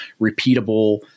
repeatable